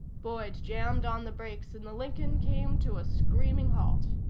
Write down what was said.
boyd jammed on the brakes and the lincoln came to a screaming halt.